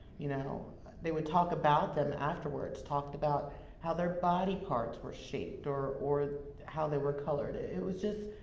you know they would talk about them afterwards, talked about how their body parts were shaped, or or how they were colored. it was just,